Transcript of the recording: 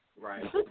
Right